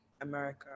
America